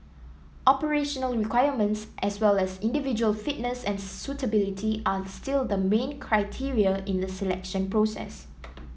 operational requirements as well as individual fitness and suitability are still the main criteria in the selection process